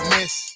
Miss